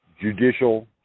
judicial